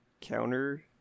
counter